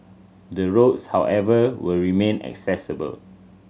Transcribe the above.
the roads however will remain accessible